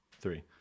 three